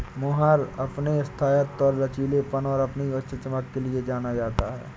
mohair अपने स्थायित्व और लचीलेपन और अपनी उच्च चमक के लिए जाना जाता है